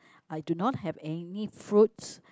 I do not have any fruits